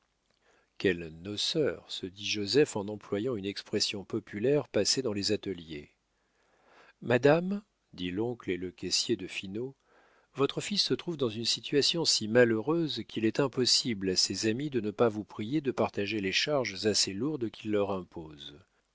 quel noceur se dit joseph en employant une expression populaire passée dans les ateliers madame dit l'oncle et le caissier de finot votre fils se trouve dans une situation si malheureuse qu'il est impossible à ses amis de ne pas vous prier de partager les charges assez lourdes qu'il leur impose